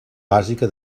bàsica